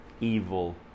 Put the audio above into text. evil